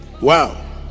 Wow